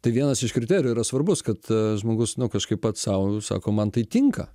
tai vienas iš kriterijų yra svarbus kad žmogus nu kažkaip pats sau sako man tai tinka